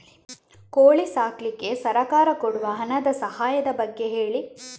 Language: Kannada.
ಕೋಳಿ ಸಾಕ್ಲಿಕ್ಕೆ ಸರ್ಕಾರ ಕೊಡುವ ಹಣದ ಸಹಾಯದ ಬಗ್ಗೆ ಹೇಳಿ